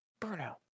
Burnout